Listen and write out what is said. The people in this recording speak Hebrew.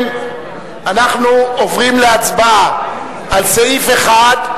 לחלופין ד' אני עובר להצבעה אלקטרונית.